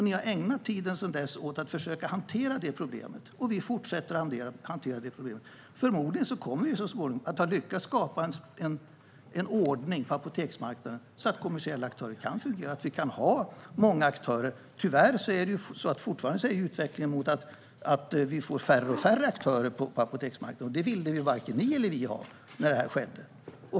Ni har ägnat tiden sedan dess åt att försöka hantera detta problem, och vi fortsätter att hantera detta problem. Förmodligen kommer vi så småningom att lyckas skapa en ordning på apoteksmarknaden så att vi kan ha många aktörer. Tyvärr är utvecklingen fortfarande sådan att vi får färre och färre aktörer på apoteksmarknaden. Det ville varken ni eller vi ha när detta skedde.